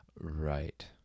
Right